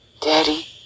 Daddy